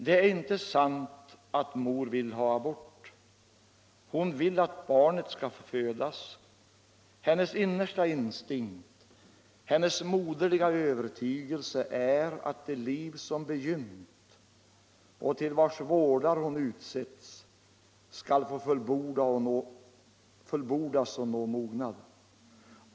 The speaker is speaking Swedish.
Det är inte sant att en mor vill ha abort. Hon vill att barnet skall få födas. Hennes innersta instinkt, hennes moderliga övertygelse är att det liv som begynt och till vars vårdare hon utsetts skall få fullbordas och nå mognad.